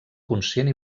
conscient